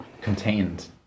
contained